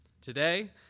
Today